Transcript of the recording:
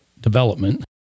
development